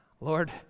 Lord